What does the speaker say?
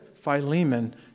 Philemon